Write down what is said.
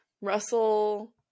Russell